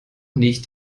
nicht